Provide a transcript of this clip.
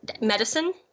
medicine